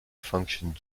function